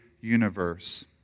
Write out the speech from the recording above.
universe